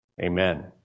Amen